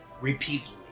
repeatedly